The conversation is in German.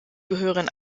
gehören